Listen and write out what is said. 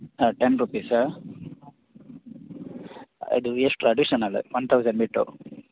ಹಾಂ ten rupees ಇದು extra additional one thousand ಬಿಟ್ಟು